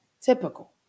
typical